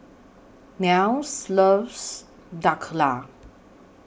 Nels loves Dhokla